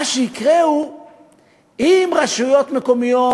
האם דנ"א?